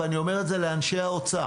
ואני אומר את זה לאנשי האוצר.